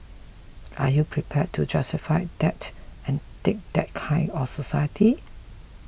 are you prepared to justify that and take that kind of society